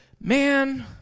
man